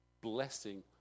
blessing